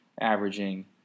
averaging